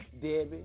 Debbie